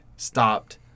stopped